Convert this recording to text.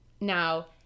now